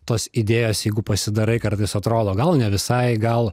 tos idėjos jeigu pasidarai kartais atrodo gal ne visai gal